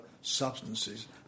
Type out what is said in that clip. substances